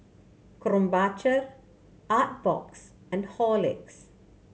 Krombacher Artbox and Horlicks